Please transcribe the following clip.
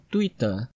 Twitter